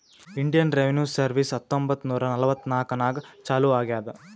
Indian revenue service ಹತ್ತೊಂಬತ್ತ್ ನೂರಾ ನಲ್ವತ್ನಾಕನಾಗ್ ಚಾಲೂ ಆಗ್ಯಾದ್